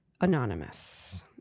Anonymous